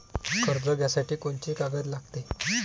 कर्ज घ्यासाठी कोनची कागद लागते?